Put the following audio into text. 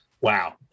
wow